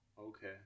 Okay